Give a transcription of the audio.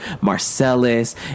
Marcellus